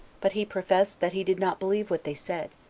but he professed that he did not believe what they said,